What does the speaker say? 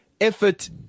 effort